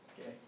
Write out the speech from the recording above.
Okay